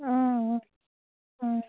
অঁ অঁ অঁ